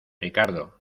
ricardo